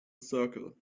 circle